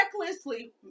recklessly